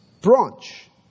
branch